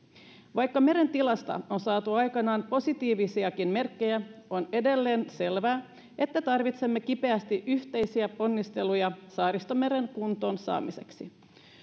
vaikka meren tilasta on saatu aikanaan positiivisiakin merkkejä on edelleen selvää että tarvitsemme kipeästi yhteisiä ponnisteluja saaristomeren kuntoon saamiseksi